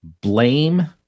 blame